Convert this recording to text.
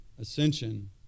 ascension